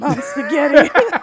spaghetti